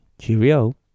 Cheerio